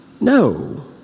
no